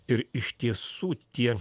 ir iš tiesų tie